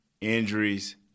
injuries